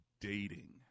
dating